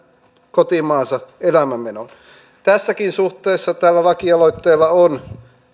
kotimaansa elämänmenoon tässäkin suhteessa tällä lakialoitteella on